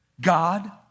God